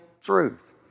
truth